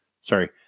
sorry